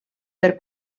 per